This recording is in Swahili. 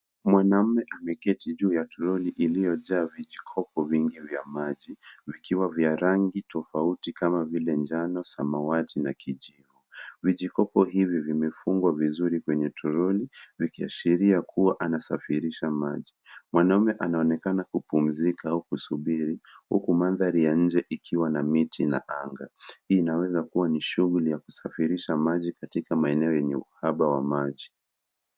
Mwanaume ameketi juu ya troli iliyojaa vijikoko vingi vya maji vikiwa vya rangi tofauti kama vile njano samawati na kijivu. Vijikoko hivi vimefungwa vizuri kwenye toroli likiashiria kuwa anasafirisha maji. Mwanaume anaonekana kupumzika au kusubiri huku mandhari ya nje ikiwa na miti na anga. Hii inaweza kuwa ni shughuli ya kusafirisha maji katika maeneo yenye uhaba wa maji.